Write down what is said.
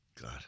God